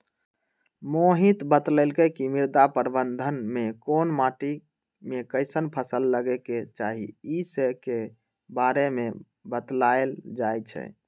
मोहित बतलकई कि मृदा प्रबंधन में कोन माटी में कईसन फसल लगे के चाहि ई स के बारे में बतलाएल जाई छई